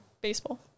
baseball